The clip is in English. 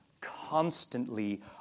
constantly